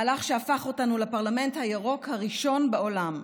מהלך שהפך אותנו לפרלמנט הירוק הראשון בעולם.